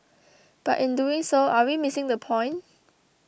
but in doing so are we missing the point